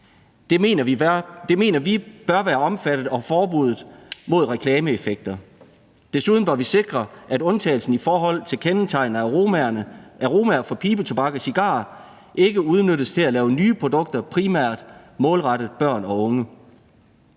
Det mener vi bør være omfattet af forbuddet mod reklameeffekter. Desuden bør vi sikre, at undtagelsen i forhold til kendetegnende aromaer, aromaer for pibetobak og cigarer, ikke udnyttes til at lave nye produkter primært målrettet børn og unge.